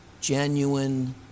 genuine